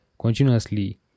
continuously